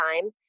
time